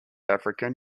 african